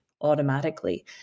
automatically